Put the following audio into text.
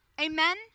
Amen